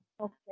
Okay